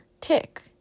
tick